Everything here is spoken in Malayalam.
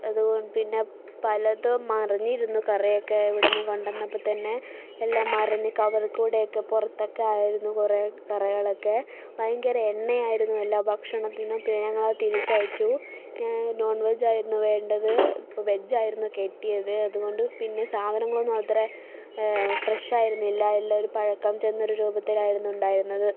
അതു പിന്നെ പലതും മറിഞ്ഞിരുന്നു കറിയൊക്കെ അവിടെനിന്നു കൊണ്ട് വന്നപ്പോൾത്തന്നെ എല്ലാം മറിഞ്ഞു കവറിൽക്കൂടെ ഒക്കെ പുറത്തൊക്കെ ആയിരുന്നു കുറേ കറികൾ ഒക്കെ ഭയങ്കര എണ്ണയായിരുന്നു എല്ലാ ഭക്ഷണത്തിനും പിന്നെ ഞങ്ങൾ അത് തിരിച്ചയച്ചു ഞാൻ നോൺ വെജ് ആയിരുന്നു വേണ്ടത് അപ്പോൾ വെജ് ആയിരുന്നു കിട്ടിയത് അതുകൊണ്ട് പിന്നെ സാധനങ്ങൾ ഒന്നും അത്ര ഫ്രഷ് ആയിരുന്നില്ല എല്ലാം ഒരു പഴക്കം ചെന്നൊരു രൂപത്തിൽ ആയിരുന്നു ഉണ്ടായിരുന്നത്